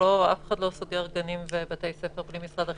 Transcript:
אף אחד לא סוגר גנים ובתי ספר בלי משרד החינוך.